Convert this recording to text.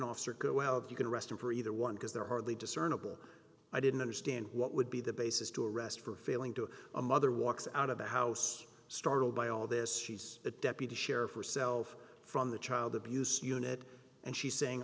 officer go well you can rest in for either one because they're hardly discernible i didn't understand what would be the basis to arrest for failing to a mother walks out of the house startled by all this she's a deputy sheriff herself from the child abuse unit and she's saying